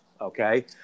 okay